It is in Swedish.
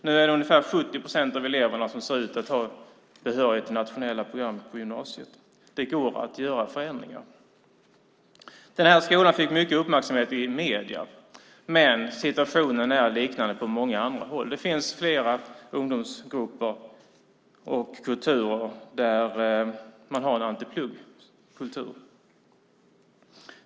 Nu är det ungefär 70 procent av eleverna som ser ut att ha behörighet till de nationella programmen på gymnasiet. Det går att göra förändringar. Den här skolan fick mycket uppmärksamhet i medierna, men situationen är liknande på många andra håll. Det finns flera ungdomsgrupper och kulturer där man har en antipluggkultur.